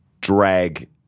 drag